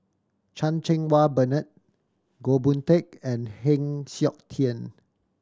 Chan Cheng Wah Bernard Goh Boon Teck and Heng Siok Tian